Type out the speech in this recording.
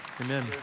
Amen